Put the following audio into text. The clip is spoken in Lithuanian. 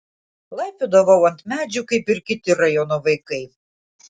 laipiodavau ant medžių kaip ir kiti rajono vaikai